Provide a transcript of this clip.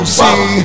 see